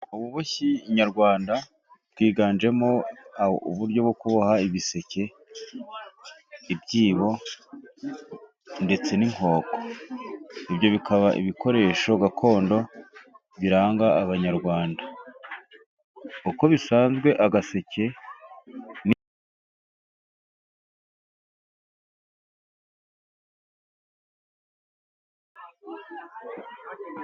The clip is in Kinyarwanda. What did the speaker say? Ububoshyi nyarwanda bwiganjemo uburyo bwo kuboha ibiseke, ibyibo, ndetse n'inkoko. Ibyo bikaba ibikoresho gakondo biranga abanyarwanda. Uko bisanzwe agaseke ni...